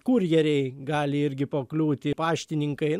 kurjeriai gali irgi pakliūti paštininkai